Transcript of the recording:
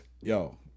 Yo